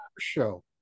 show